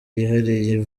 yihariye